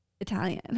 Italian